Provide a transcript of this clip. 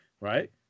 right